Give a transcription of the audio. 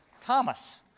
Thomas